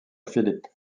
philip